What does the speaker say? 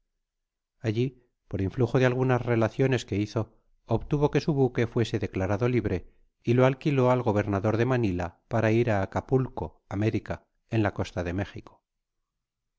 alli por influjo de algunas relaciones que hizo obtuvo que su buque fuese declarado libre y lo alquilé al gobernador de manila para ir á acapulco américa en la costa de méjico